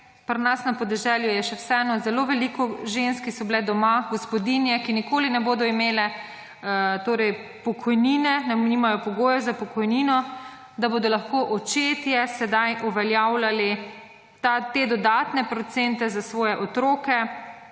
pri nas na podeželju je še vseeno zelo veliko žensk, ki so bile doma gospodinje, ki nikoli ne bodo imele pokojnine, nimajo pogojev za pokojnino, da bodo lahko očetje sedaj uveljavljali te dodatne procente za svoje otroke,